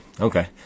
Okay